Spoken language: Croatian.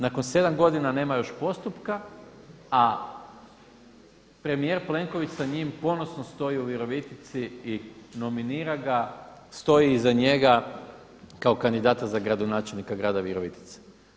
Nakon sedam godina nema još postupka, a premijer Plenković sa njim postoji stoji u Virovitici i nominira ga, stoji iza njega kao kandidata za gradonačelnika grada Virovitice.